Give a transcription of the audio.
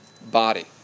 body